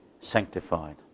sanctified